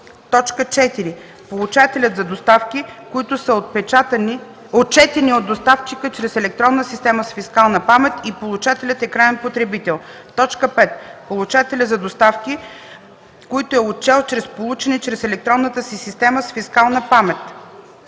памет; 4. получателя за доставки, които са отчетени от доставчика чрез електронна система с фискална памет и получателят е краен потребител; 5. получателя за доставки, които е отчел като получени чрез електронната си система с фискална памет;